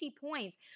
points